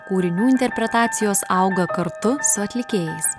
kūrinių interpretacijos auga kartu su atlikėjais